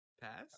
Pass